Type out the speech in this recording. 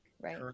right